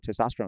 testosterone